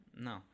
No